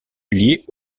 liés